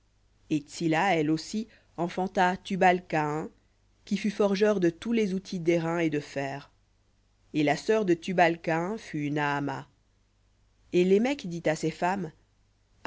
et tsilla elle aussi enfanta tubal caïn qui fut forgeur de tous les outils d'airain et de fer et la sœur de tubal caïn fut une âme amas et lémec dit à ses femmes